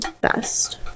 best